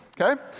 okay